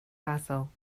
basil